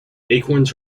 acorns